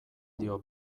dio